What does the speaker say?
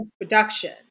production